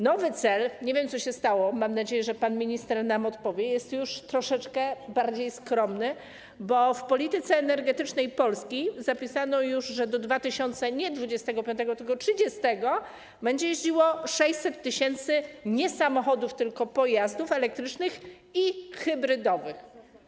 Nowy cel - nie wiem, co się stało, mam nadzieję, że pan minister nam odpowie - jest już troszeczkę bardziej skromny, bo w polityce energetycznej Polski zapisano, że do nie 2025 r., tylko 2030 r. będzie jeździło 600 tys. nie samochodów, tylko pojazdów elektrycznych i hybrydowych.